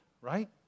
right